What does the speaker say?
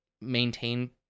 maintain